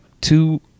two